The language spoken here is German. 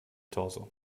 torso